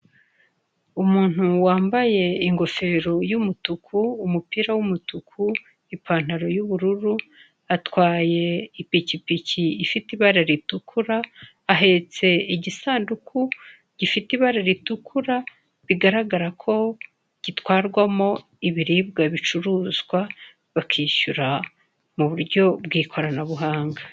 Umuntu wambaye ingofero y'umutuku, umupira w'umutuku, ipantaro y'ubururu atwaye ipikipiki ifite ibara ritukura, ahetse igisanduku gifite ibara ritukura bigaragara kp gitwarwamo ibiribwa ibicuruzwa bakishura m'uburyo bw'ikoranabuhanga.